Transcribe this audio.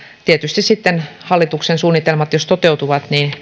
tietysti sitten jos hallituksen suunnitelmat toteutuvat